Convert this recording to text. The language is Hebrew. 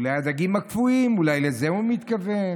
אולי הדגים הקפואים אולי לזה הוא מתכוון,